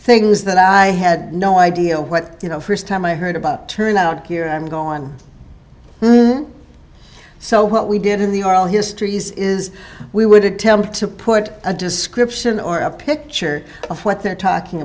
things that i had no idea what you know first time i heard about turned out here i'm gone so what we did in the arl histories is we would attempt to put a description or a picture of what they're talking